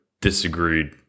disagreed